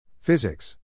Physics